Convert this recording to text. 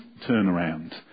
turnaround